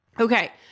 Okay